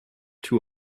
two